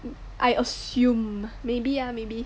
I assume maybe ya maybe